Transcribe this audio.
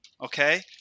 okay